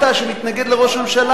שמתנגד לראש הממשלה,